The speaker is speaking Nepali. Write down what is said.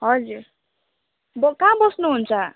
हजुर ब कहाँ बस्नुहुन्छ